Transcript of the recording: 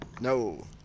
No